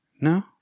No